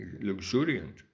luxuriant